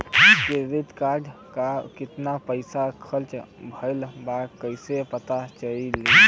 Credit card के कितना पइसा खर्चा भईल बा कैसे पता चली?